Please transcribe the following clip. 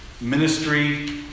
ministry